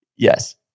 Yes